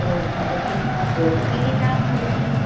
भवति रोगपीडिता भवति